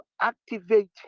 activate